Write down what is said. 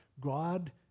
God